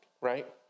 right